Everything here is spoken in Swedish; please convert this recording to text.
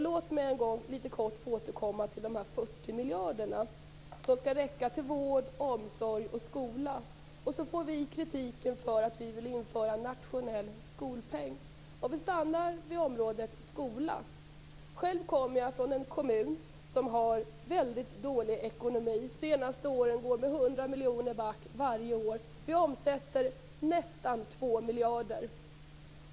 Låt mig litet kort få återkomma till de 40 miljarderna som skall räcka till vård, omsorg och skola. Vi får kritik för att vi vill införa en nationell skolpeng. Jag vill stanna upp vid området skola. Själv kommer jag från en kommun som har väldigt dålig ekonomi. De senaste åren har kommunen gått back med 100 miljoner varje år. Kommunen omsätter nästan 2 miljarder.